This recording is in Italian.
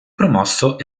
promosso